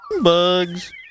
Bugs